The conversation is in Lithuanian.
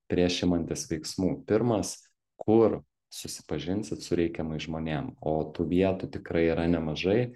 prieš imantis veiksmų pirmas kur susipažinsit su reikiamais žmonėm o tų vietų tikrai yra nemažai